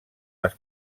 les